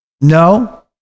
no